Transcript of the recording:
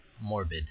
morbid